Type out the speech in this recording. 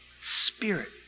spirit